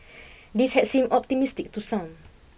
this had seemed optimistic to some